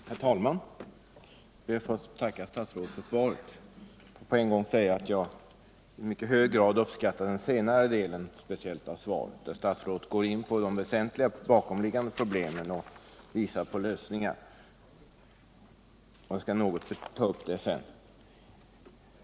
Herr talman! Jag ber att få tacka statsrådet för svaret och vill på en gång säga att jag i mycket hög grad uppskattar speciellt den senare delen av svaret, där statsrådet går in på de väsentliga bakomliggande problemen och visar på lösningar. Jag skall något ta upp detta sedan.